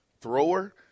thrower